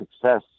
success